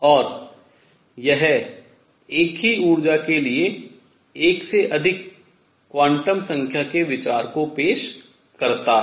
और यह एक ही ऊर्जा के लिए एक से अधिक क्वांटम संख्या के विचार को पेश करता है